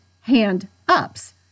hand-ups